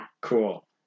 Cool